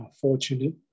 fortunate